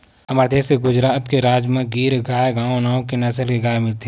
हमर देस के गुजरात राज म गीर गाय नांव के नसल के गाय मिलथे